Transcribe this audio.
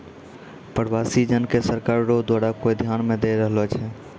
प्रवासी जन के सरकार रो द्वारा कोय ध्यान नै दैय रहलो छै